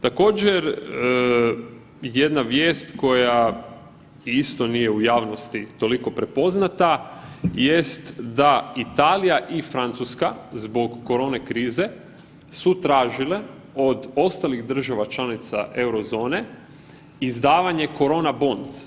Također jedna vijest koja isto nije u javnosti toliko prepoznata jest da Italija i Francuska zbog korona krize su tražile od ostalih država članica Eurozone izdavanje korona bonus.